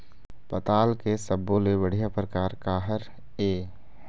पताल के सब्बो ले बढ़िया परकार काहर ए?